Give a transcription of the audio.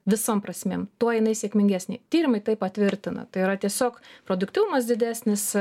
visom prasmėm tuo jinai sėkmingesnė tyrimai tai patvirtina tai yra tiesiog produktyvumas didesnis